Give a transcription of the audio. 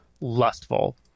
lustful